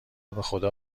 بخدا